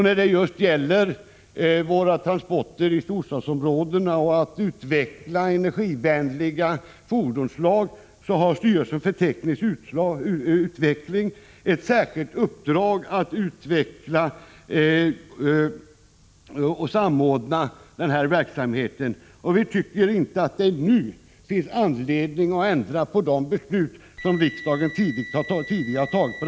När det just gäller våra transporter i storstadsområdena och utvecklingen av energivänliga fordonsslag har styrelsen för teknisk utveckling ett särskilt uppdrag att utveckla och samordna den här verksamheten. Vi tycker inte att det nu finns anledning att ändra på de beslut som riksdagen tidigare har fattat på detta område.